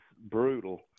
brutal